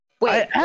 Wait